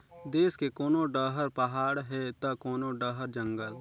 देस के कोनो डहर पहाड़ हे त कोनो डहर जंगल